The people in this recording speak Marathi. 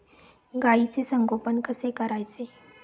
गाईचे संगोपन कसे करायचे?